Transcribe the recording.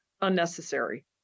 unnecessary